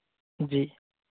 जी